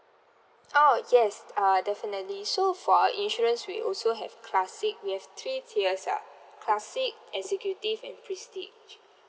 oh yes uh definitely so for our insurance we also have classic we have three tiers ah classic executive and prestige